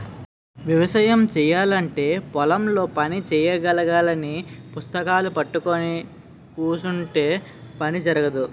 వ్యవసాయము చేయాలంటే పొలం లో పని చెయ్యాలగాని పుస్తకాలూ పట్టుకొని కుసుంటే పని జరగదు